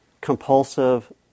compulsive